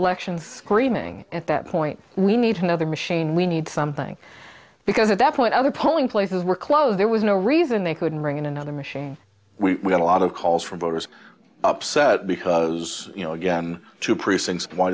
elections screaming at that point we need another machine we need something because at that point other polling places were closed there was no reason they couldn't bring in another machine we got a lot of calls from voters upset because you know again two precincts why